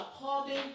according